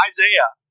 Isaiah